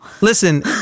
Listen